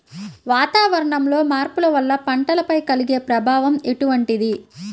వాతావరణంలో మార్పుల వల్ల పంటలపై కలిగే ప్రభావం ఎటువంటిది?